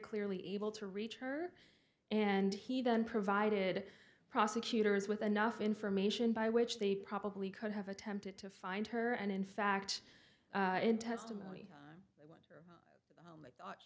clearly able to reach her and he then provided prosecutors with enough information by which they probably could have attempted to find her and in fact in testimony h